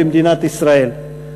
במדינת ישראל,